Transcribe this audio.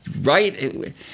Right